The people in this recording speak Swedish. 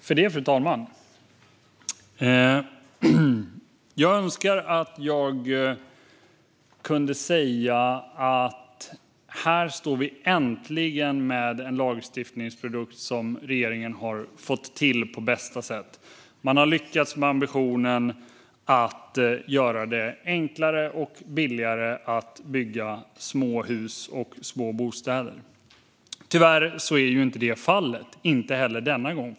Fru talman! Jag önskar att jag kunde säga: Här står vi äntligen med en lagstiftningsprodukt som regeringen har fått till på bästa sätt. Man har lyckats med ambitionen att göra det enklare och billigare att bygga små hus och små bostäder. Tyvärr är så inte fallet, inte heller denna gång.